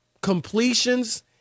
completions